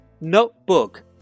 Notebook